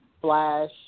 Flash